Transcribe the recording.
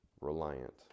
reliant